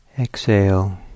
exhale